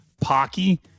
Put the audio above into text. Pocky